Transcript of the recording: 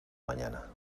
mañana